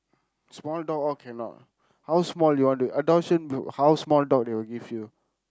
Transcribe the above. small dog all cannot how small you want to adoption you how small dog they will give you